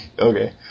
Okay